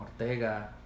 Ortega